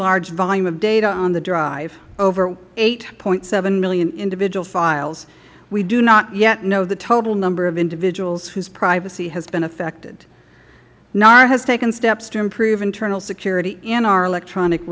large volume of data on the drive over eight point seven million individual files we do not yet know the total number of individuals whose privacy has been affected nara has taken steps to improve internal security in our electronic